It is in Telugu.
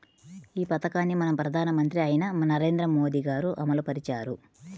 ఈ పథకాన్ని మన ప్రధానమంత్రి అయిన నరేంద్ర మోదీ గారు అమలు పరిచారు